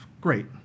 great